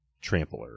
Trampler